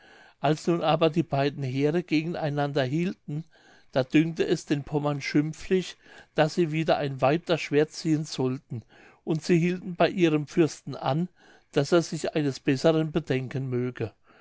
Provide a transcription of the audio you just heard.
als nun aber die beiden heere gegen einander hielten da dünkte es den pommern schimpflich daß sie wider ein weib das schwert ziehen sollten und sie hielten bei ihrem fürsten an daß er sich eines besseren bedenken möge